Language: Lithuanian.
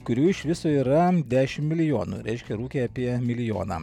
kurių iš viso yra dešim milijonų reiškia rūkė apie milijoną